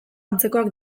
antzekoak